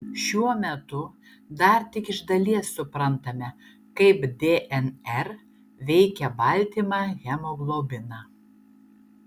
šiuo metu dar tik iš dalies suprantame kaip dnr veikia baltymą hemoglobiną